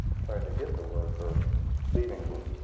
trying to get to work or leaving work.